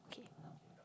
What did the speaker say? okay